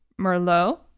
Merlot